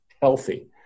healthy